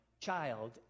child